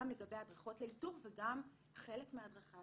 באמת גם לגבי הדרכות לאיתור וגם חלק מההדרכה